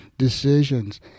decisions